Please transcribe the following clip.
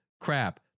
crap